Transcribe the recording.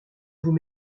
vous